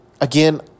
again